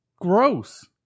gross